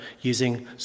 using